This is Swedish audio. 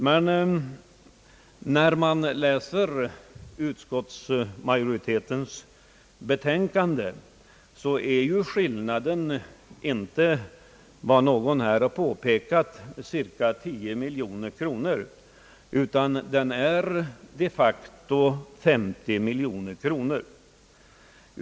Att döma av utskottsmajoritetens betänkande är skillnaden inte, såsom någon här har påpekat, cirka 10 miljoner kronor, utan den är de facto 50 miljoner kronor.